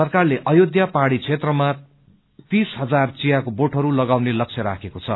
सरकारले अयोध्या पाहाड़ी क्षेत्रमा तीस हजार चियाको बोटहरू लगाउने लक्ष्य राखेको छ